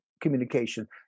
communication